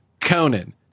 Conan